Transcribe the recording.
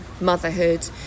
motherhood